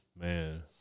Man